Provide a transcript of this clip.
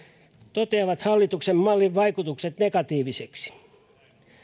toteavat hallituksen mallin vaikutukset negatiivisiksi